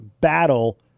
battle